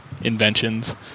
inventions